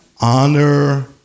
honor